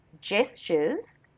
gestures